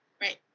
Right